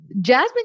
Jasmine